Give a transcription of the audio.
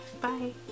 Bye